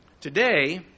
Today